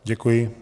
Děkuji.